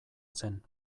zen